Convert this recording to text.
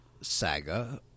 saga